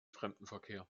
fremdenverkehr